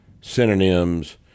synonyms